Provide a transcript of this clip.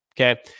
Okay